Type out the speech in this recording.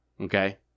Okay